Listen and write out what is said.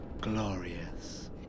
glorious